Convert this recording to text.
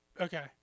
Okay